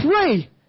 pray